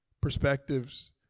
perspectives